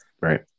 right